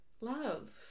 love